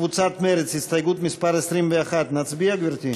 קבוצת מרצ, הסתייגות מס' 21, נצביע, גברתי?